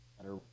better